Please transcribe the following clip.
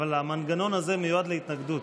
אבל המנגנון הזה מיועד להתנגדות.